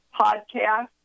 podcast